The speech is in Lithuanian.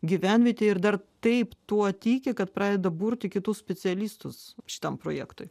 gyvenvietę ir dar taip tuo tiki kad pradeda burti kitus specialistus šitam projektui